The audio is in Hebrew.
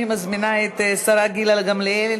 אני מזמינה את השרה גילה גמליאל